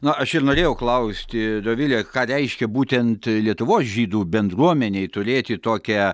na aš ir norėjau klausti dovile ką reiškia būtent lietuvos žydų bendruomenei turėti tokią